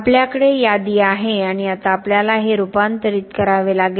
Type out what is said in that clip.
आपल्याकडे यादी आहे आणि आता आपल्याला हे रूपांतरित करावे लागेल